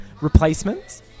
replacements